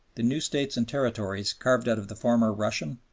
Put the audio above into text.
the new states and territories carved out of the former russian,